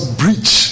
breach